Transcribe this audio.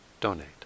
donate